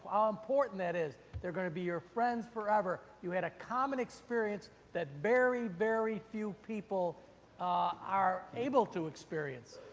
important that is. they are going to be your friends forever. you had a common experience experience that very, very few people are able to experience.